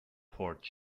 port